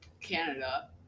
Canada